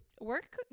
Work